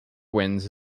winds